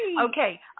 okay